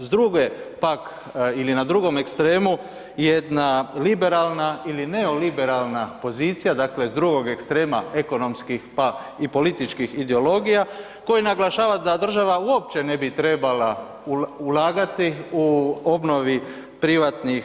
S druge pak ili na drugom ekstremu jedna liberalna ili neoliberalna pozicija, dakle s drugog ekstrema ekonomskih pa i političkih ideologija koji naglašava da država uopće ne bi trebala ulagati u obnovi privatnih